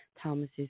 Thomas's